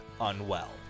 unwell